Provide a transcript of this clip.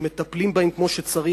אם מטפלים בהם כמו שצריך,